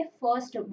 first